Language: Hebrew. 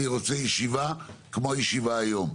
אני רוצה ישיבה כמו הישיבה היום.